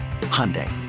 Hyundai